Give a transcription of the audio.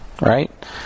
right